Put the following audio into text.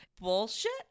bullshit